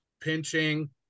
pinching